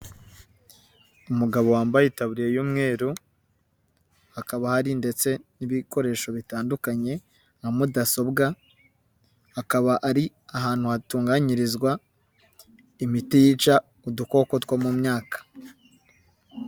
Umugabo wambayetabuye y'umweru, hakaba hari ndetse n'ibikoresho bitandukanye nka mudasobwa, akaba ari ahantu hatunganyirizwa imiti yica udukoko two mu myaka.